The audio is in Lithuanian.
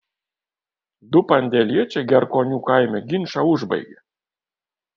du pandėliečiai gerkonių kaime ginčą užbaigė